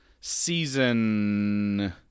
season